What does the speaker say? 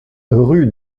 rue